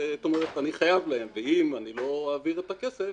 אני חייב להם, ואם אני לא אעביר את הכסף,